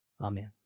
Amen